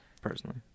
Personally